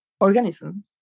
organisms